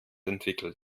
entwickelt